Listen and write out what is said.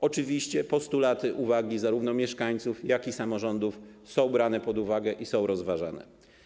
Oczywiście postulaty i uwagi zarówno mieszkańców, jak i samorządów są brane pod uwagę i są rozważane.